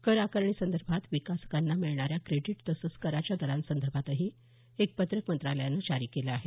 कर आकारणीसंदर्भात विकासकांना मिळणाऱ्या क्रेडीट तसंच कराच्या दरांसंदर्भातही एक पत्रकही मंत्रालयानं जारी केलं आहे